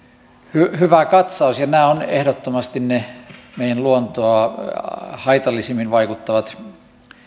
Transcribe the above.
hyvä hyvä katsaus ja nämä ovat ehdottomasti ne meidän luontoon haitallisimmin vaikuttavat